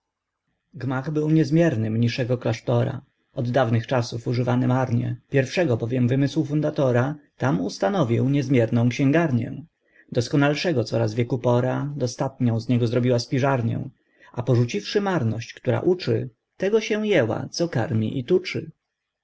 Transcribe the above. gmach był niezmierny mniszego klasztora od dawnych czasów używany marnie pierwszego bowiem wymysł fundatora tam ustanowił niezmierną xięgarnię doskonalszego coraz wieku pora dostatnią z niego zrobiła spiżarnię a porzuciwszy marność która uczy tego się jęła co karmi i tuczy